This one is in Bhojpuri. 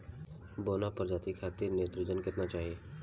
बौना प्रजाति खातिर नेत्रजन केतना चाही?